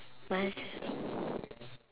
must